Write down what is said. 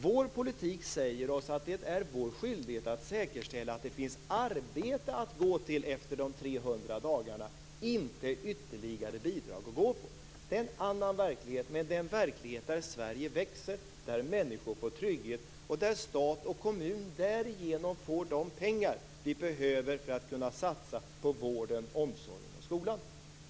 Vår politik säger oss att det är vår skyldighet att säkerställa att det finns arbete att gå till efter de 300 dagarna, inte ytterligare bidrag att gå på. Det är en annan verklighet, men en verklighet där Sverige växer, där människor får trygghet och där stat och kommun därigenom får de pengar vi behöver för att kunna satsa på vården, omsorgen och skolan.